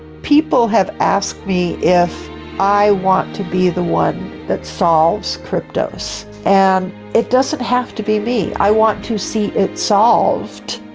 people have asked me if i want to be the one that solves kryptos, and it doesn't have to be me. i want to see it solved,